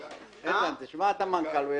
איתן, תשמע את המנכ"ל.